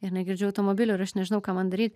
ir negirdžiu automobilių ir aš nežinau ką man daryt